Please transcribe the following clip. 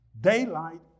Daylight